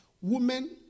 women